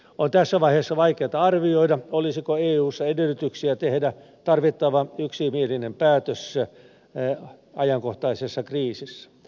on tässä vaiheessa vaikeata arvioida olisiko eussa edellytyksiä tehdä tarvittava yksimielinen päätös ajankohtaisessa kriisissä